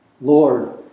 Lord